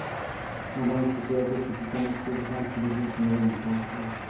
ᱵᱟᱝ ᱴᱷᱤᱠᱟᱹᱜᱼᱟ ᱡᱮ ᱪᱮᱫ ᱞᱮᱠᱟᱱᱟᱜ ᱪᱮᱫ ᱞᱮᱠᱟᱱ ᱪᱤᱞᱤ ᱵᱚᱱ ᱢᱮᱛᱟ ᱠᱚᱣᱟ